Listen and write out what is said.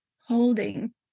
holding